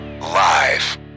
Live